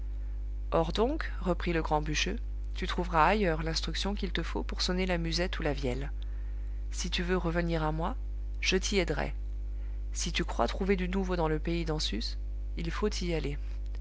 or donc reprit le grand bûcheux tu trouveras ailleurs l'instruction qu'il te faut pour sonner la musette ou la vielle si tu veux revenir à moi je t'y aiderai si tu crois trouver du nouveau dans le pays d'en sus il faut y aller